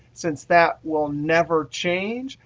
since that will never change.